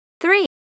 Three